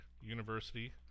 University